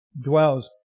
dwells